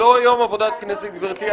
לא יום עבודת כנסת, גברתי.